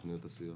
של תוכניות הסיוע?